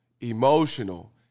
emotional